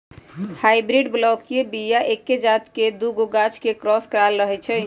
hybrid बलौकीय बीया एके जात के दुगो गाछ के क्रॉस कराएल रहै छै